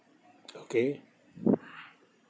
okay